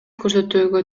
көрсөтүүгө